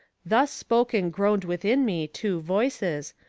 thus, spoke and groaned within me two voices,